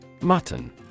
Mutton